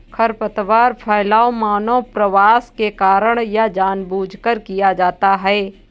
खरपतवार फैलाव मानव प्रवास के कारण या जानबूझकर किया जाता हैं